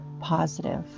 positive